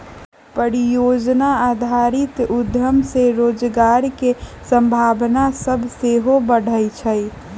परिजोजना आधारित उद्यम से रोजगार के संभावना सभ सेहो बढ़इ छइ